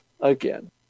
again